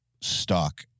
stock